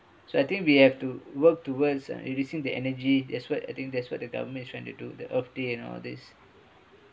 so I think we have to work towards uh reducing the energy that's what I think that's what the government is trying to do the earth day and all these